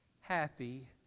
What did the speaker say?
happy